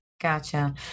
Gotcha